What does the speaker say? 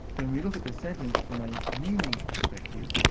when we look at the sentence from a meaning perspective,